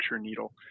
needle